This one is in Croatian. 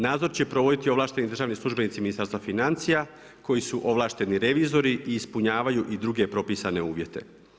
Nadzor će provoditi ovlašteni državni službenici Ministarstva financija koji su ovlašteni revizori i ispunjavaju i druge propisane uvjete.